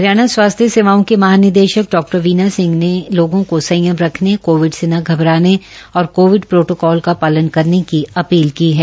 हरियाणा स्वास्थ्य सेवाओं की महानिदेशक डॉ वीणा सिह ने लोगों संयम रखने कोविड से न घबराने और कोविड प्रोटोकोल का पालन करने की अपील की है